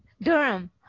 Durham